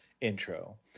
intro